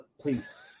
Please